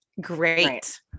Great